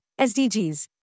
SDGs